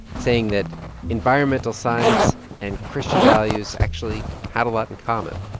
saying that environmental science and christian values actually had a lot in common